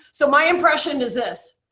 so my impression is this,